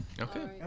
Okay